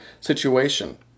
situation